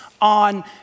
on